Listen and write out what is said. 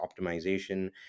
optimization